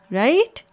right